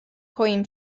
coin